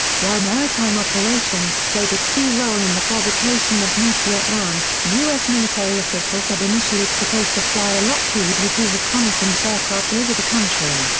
while maritime operations played a key role in the provocation of north vietnam, u s. military officials had initially proposed to fly a lockheed u two reconnaissance aircraft over the country,